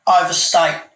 overstate